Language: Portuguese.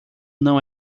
não